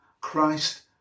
christ